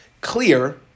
clear